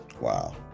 Wow